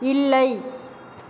இல்லை